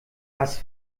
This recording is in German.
was